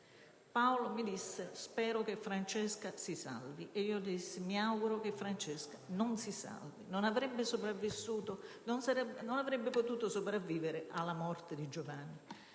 Paolo mi disse: «Spero che Francesca si salvi», e io gli dissi: «Mi auguro che Francesca non si salvi». Non avrebbe potuto sopravvivere alla morte di Giovanni.